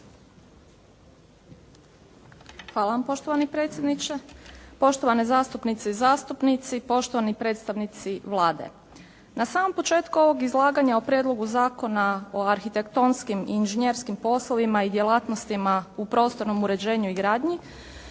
Hvala vam poštovani predsjedniče, poštovane zastupnice i zastupnici, poštovani predstavnici Vlade. Na samom početku ovoga izlaganja o prijedlogu zakona o arhitektonskim i inženjerskim poslovima i djelatnostima u prostornom uređenju i gradnji